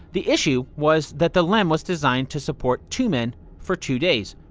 the issue was that the lem was designed to support two men for two days.